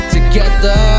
together